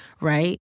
right